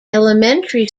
elementary